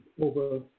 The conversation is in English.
over